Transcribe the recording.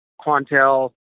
Quantel